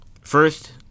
first